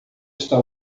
está